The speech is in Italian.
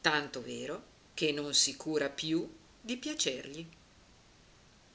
tanto vero che non si cura più di piacergli